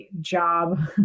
job